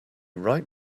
right